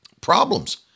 Problems